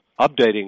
updating